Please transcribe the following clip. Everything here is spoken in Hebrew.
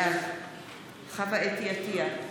בעד חוה (אתי) עטייה,